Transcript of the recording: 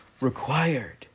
required